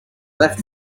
left